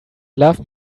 love